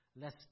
Less